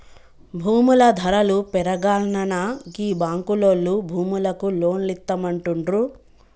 భూముల ధరలు పెరుగాల్ననా గీ బాంకులోల్లు భూములకు లోన్లిత్తమంటుండ్రు